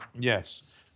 Yes